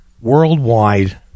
Worldwide